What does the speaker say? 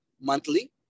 monthly